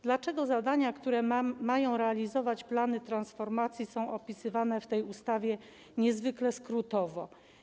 Dlaczego zadania, które mają realizować plany transformacji, są opisywane w tej ustawie niezwykle skrótowo?